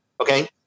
Okay